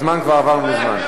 הזמן כבר עבר מזמן.